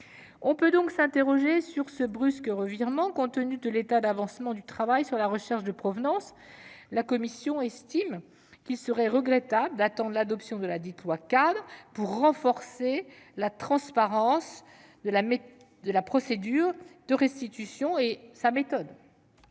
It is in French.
On peut s'interroger sur ce brusque revirement, compte tenu de l'état d'avancement du travail sur la recherche de provenance. La commission estime qu'il serait regrettable d'attendre l'adoption de ladite loi-cadre pour renforcer la transparence de la procédure de restitution et sa méthode.